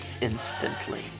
instantly